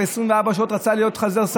בתוך 24 שעות הוא רצה להיות שר,